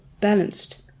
balanced